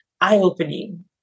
eye-opening